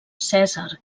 cèsar